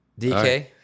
DK